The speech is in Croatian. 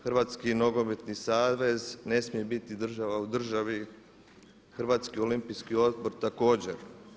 Hrvatski nogometni savez ne smije biti država u državi, Hrvatski olimpijski odbor također.